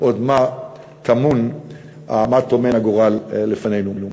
עוד מה טומן הגורל לפנינו.